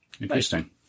Interesting